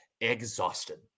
exhausted